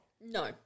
No